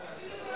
עשית את זה?